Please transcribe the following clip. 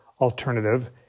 alternative